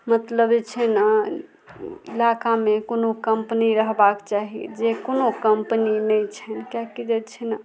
मतलब जे छै ने इलाकामे कोनो कम्पनी रहबाक चाही जे कोनो कम्पनी नहि छै किएकि जे छै ने